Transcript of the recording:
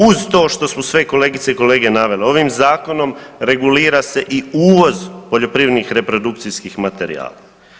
Uz to što smo sve kolegice i kolege naveli ovim zakonom regulira se i uvoz poljoprivrednih reprodukcijskih materijala.